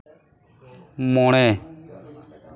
ᱢᱚᱬᱮ